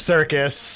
Circus